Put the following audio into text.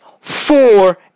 four